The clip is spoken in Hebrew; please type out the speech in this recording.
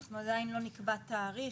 אנחנו עדיין לא נקבע תאריך,